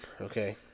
Okay